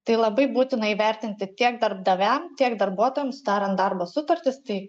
tai labai būtina įvertinti tiek darbdaviam tiek darbuotojam sudarant darbo sutartis tai